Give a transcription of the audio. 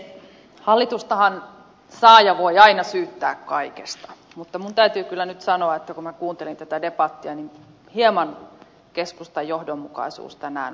hallitustahan saa ja voi aina syyttää kaikesta mutta minun täytyy kyllä nyt sanoa että kun minä kuuntelin tätä debattia niin hieman keskustan johdonmukaisuus tänään oli hukassa